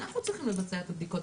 אנחנו צריכים לבצע את הבדיקות,